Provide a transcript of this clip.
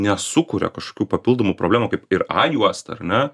nesukuria kašokių papildomų problemų kaip ir a juosta ar ne